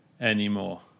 anymore